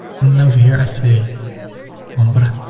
and then over here i say hombre.